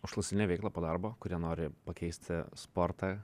užklasinę veiklą po darbo kuria nori pakeisti sportą